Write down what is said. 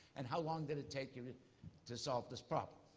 and how long did it take you to to solve this problem?